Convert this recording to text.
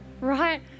right